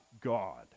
God